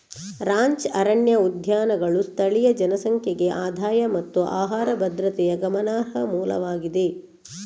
ranch ಅರಣ್ಯ ಉದ್ಯಾನಗಳು ಸ್ಥಳೀಯ ಜನಸಂಖ್ಯೆಗೆ ಆದಾಯ ಮತ್ತು ಆಹಾರ ಭದ್ರತೆಯ ಗಮನಾರ್ಹ ಮೂಲವಾಗಿದೆ